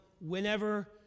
whenever